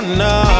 no